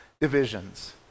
divisions